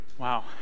Wow